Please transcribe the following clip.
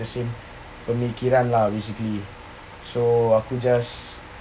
the same pemikiran lah basically so aku just